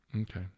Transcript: Okay